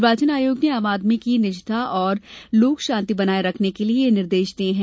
निर्वाचन आयोग ने आम आदमी की निजता और लोकशांति बनाये रखने के लिये यह निर्देश दिये है